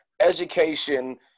education